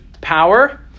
power